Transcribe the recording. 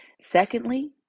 Secondly